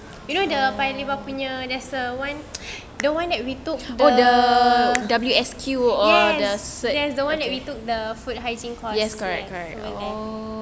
you know the paya lebar punya there's a one the one that we took the yes there's the one that we took the food hygiene course yes over there